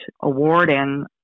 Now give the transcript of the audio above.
awarding